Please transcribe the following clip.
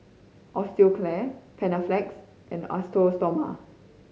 Osteocare Panaflex and Osteo Stoma